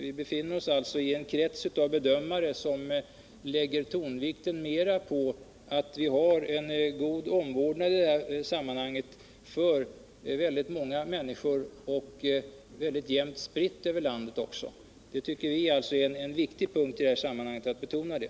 Vi befinner oss alltså i en krets av bedömare som lägger tonvikten på att vi har en god omvårdnad för många människor, jämnt spridd över landet. Vi tycker alltså att det är viktigt att i detta sammanhang betona det.